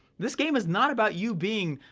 this game is not about you being